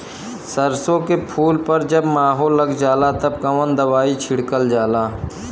सरसो के फूल पर जब माहो लग जाला तब कवन दवाई छिड़कल जाला?